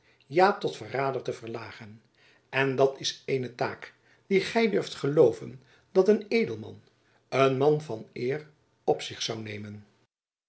ja tot verrader te verlagen en dat is eene taak die gy durft gelooven dat een edelman een man van eer op zich zoû nemen